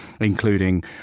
including